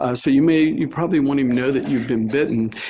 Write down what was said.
ah so you may you probably won't even know that you've been bitten.